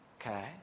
Okay